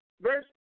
verse